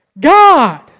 God